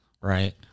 right